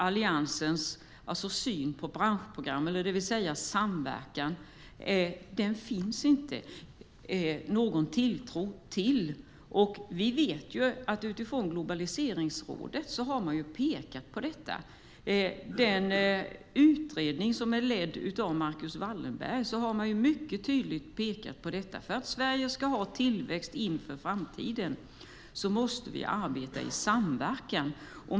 Alliansens syn på samverkan och brist på tilltro till den är förödande. Globaliseringsrådet har pekat på detta. I den utredning som leds av Marcus Wallenberg har man mycket tydligt pekat på detta. För att Sverige ska ha tillväxt inför framtiden måste vi arbeta i samverkan.